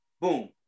Boom